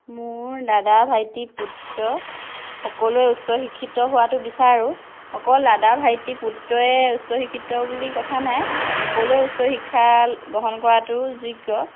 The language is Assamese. মোৰ দাদা ভাইটি পুত্ৰ সকলোৱে উচ্চ শিক্ষিত হোৱাতো বিচাৰোঁ অকল দাদা ভাইটি পুত্ৰই উচ্চ শিক্ষিত বুলি কথা নাই সকলোৱে উচ্চ শিক্ষা গ্ৰহণ কৰাতো যোগ্য